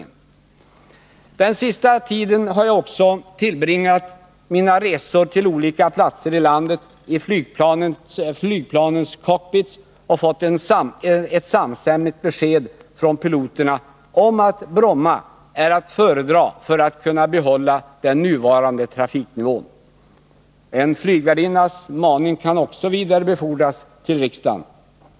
Under den senaste tiden har jag också vid mina resor till olika platser i landet befunnit mig i flygplanens cockpits och då fått ett samstämmigt besked från piloterna om att Bromma är att föredra, om man vill behålla den nuvarande trafiknivån. En flygvärdinnas maning kan också vidarebefordras till riksdagen.